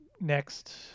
next